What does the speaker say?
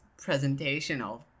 presentational